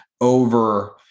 over